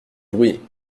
bruit